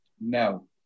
No